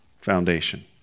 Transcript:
foundation